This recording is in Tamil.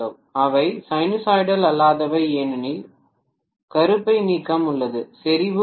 அவை சைனூசாய்டல் அல்லாதவை ஏனெனில் கருப்பை நீக்கம் உள்ளது செறிவு உள்ளது